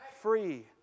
Free